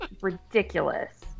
ridiculous